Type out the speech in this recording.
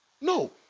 No